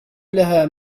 لها